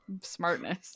Smartness